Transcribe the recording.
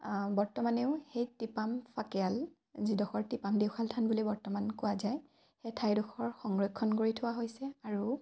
বৰ্তমানেও সেই টিপাম ফাকেয়াল যিডোখৰ টিপাম দেওশাল থান বুলি বৰ্তমান কোৱা যায় সেই ঠাইডোখৰ সংৰক্ষণ কৰি থোৱা হৈছে আৰু